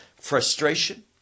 frustration